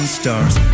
stars